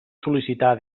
sol·licitar